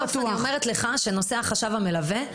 אני אומרת לך שנושא החשב המלווה,